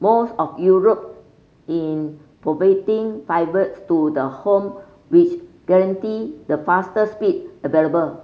most of Europe in providing fibres to the home which guarantee the fastest speed available